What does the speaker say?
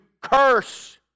curse